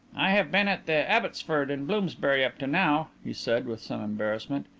i have been at the abbotsford, in bloomsbury, up to now, he said, with some embarrassment.